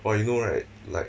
!wah! you know right like